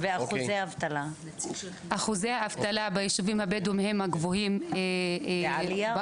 אחוזי האבטלה ביישובים הבדואים הם הגבוהים בארץ.